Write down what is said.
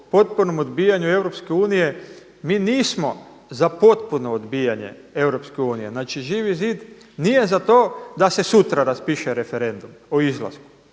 potpunom odbijanju Europske unije, mi nismo za potpuno odbijanje Europske unije. Znači Živi zid nije za to da se sutra raspiše referendum o izlasku.